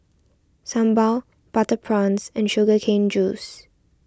Sambal Butter Prawns and Sugar Cane Juice